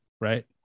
right